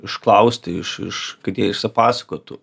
išklausti iš iš kad jie išsipasakotų